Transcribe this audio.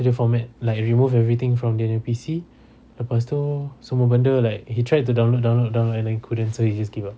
so dia format like remove everything from dia punya P_C lepas tu semua benda like he tried to download download download and then couldn't so he just give up